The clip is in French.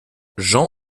jean